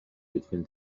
between